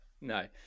No